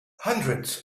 hundreds